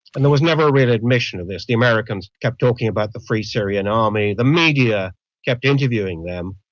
and there was never a real admission of this, the americans kept talking about the free syrian army, the media kept interviewing them.